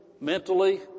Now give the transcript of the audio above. mentally